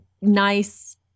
nice